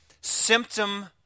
symptom